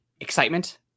excitement